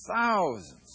thousands